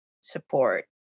support